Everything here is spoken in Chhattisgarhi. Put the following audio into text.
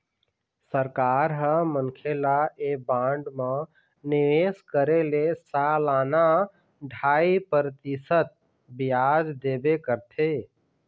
सरकार ह मनखे ल ऐ बांड म निवेश करे ले सलाना ढ़ाई परतिसत बियाज देबे करथे